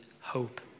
hope